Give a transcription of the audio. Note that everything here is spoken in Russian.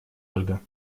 ольга